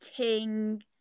Ting